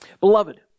Beloved